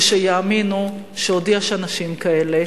ושיאמינו שעוד יש אנשים כאלה,